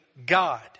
God